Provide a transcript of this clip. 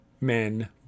men